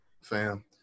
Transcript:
fam